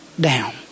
down